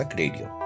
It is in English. radio